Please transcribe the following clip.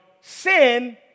sin